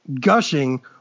gushing